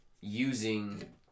using